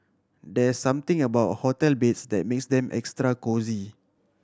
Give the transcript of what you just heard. there's something about hotel beds that makes them extra cosy